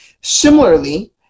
Similarly